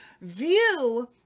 view